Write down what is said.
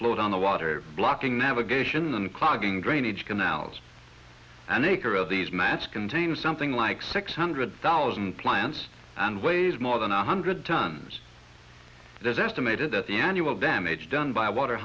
float on the water blocking navigation and clogging drainage canals an acre of these mats contains something like six hundred thousand plants and weighs more than a hundred tons that estimated at the annual damage done by water